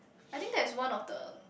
I think that is one of the